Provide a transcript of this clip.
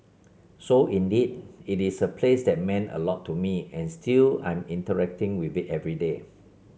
so indeed it is a place that meant a lot to me and still I'm interacting with it every day